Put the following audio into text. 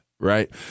right